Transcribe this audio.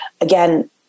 again